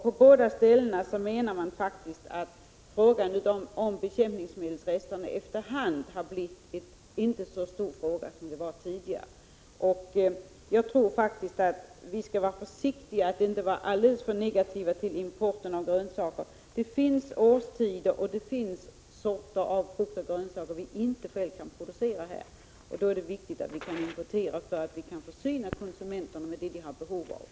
På båda ställena menar man faktiskt att frågan om bekämpningsmedelsresterna efter hand har blivit en inte fullt så stor fråga som den var tidigare. Jag tror faktiskt att vi skall vara försiktiga och inte vara alltför negativa till importen av grönsaker. Det finns olika årstider, och det finns sorter av frukt och grönsaker som vi inte själva kan producera. Därför är det viktigt att kunna importera för att kunna förse konsumenterna med det de har behov av.